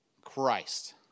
Christ